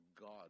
God